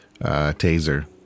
taser